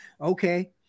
Okay